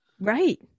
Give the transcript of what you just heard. Right